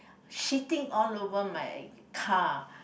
shitting all over my car